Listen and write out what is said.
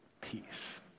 peace